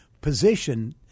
position